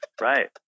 Right